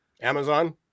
Amazon